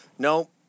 No